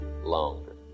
longer